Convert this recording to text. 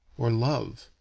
or love.